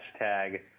Hashtag